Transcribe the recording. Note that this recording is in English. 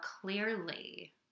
clearly